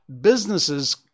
Businesses